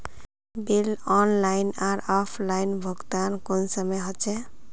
Bill online आर offline भुगतान कुंसम होचे?